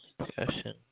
Discussion